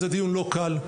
זה דיון לא קל,